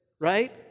Right